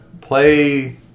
Play